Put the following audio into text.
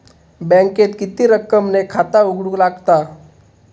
बँकेत किती रक्कम ने खाता उघडूक लागता?